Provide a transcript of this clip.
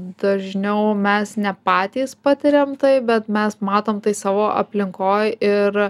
dažniau mes ne patys patiriam tai bet mes matom tai savo aplinkoj ir